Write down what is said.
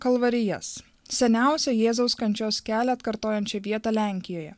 kalvarijas seniausią jėzaus kančios kelią atkartojančią vietą lenkijoje